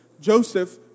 Joseph